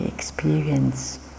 experience